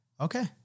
Okay